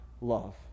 love